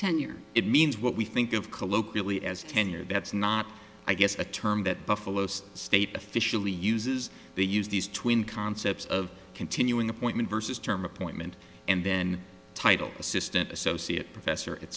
tenure it means what we think of colloquially as tenure that's not i guess the term that buffalo's state officially uses they use these twin concepts of continuing appointment versus term appointment and then title assistant associate professor at